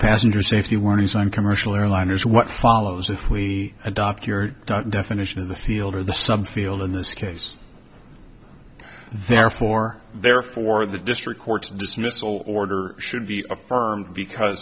passenger safety warnings on commercial airliners what follows if we adopt your definition in the field or the subs below in this case therefore therefore the district court's dismissal order should be affirmed because